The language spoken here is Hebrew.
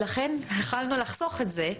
ולכן יכולנו לחסוך את זה,